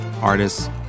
artists